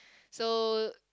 so